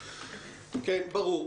ברור.